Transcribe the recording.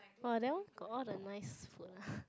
!wah! that one got all the nice food eh